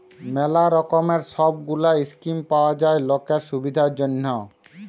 ম্যালা রকমের সব গুলা স্কিম পাওয়া যায় লকের সুবিধার জনহ